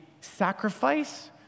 sacrifice